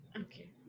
okay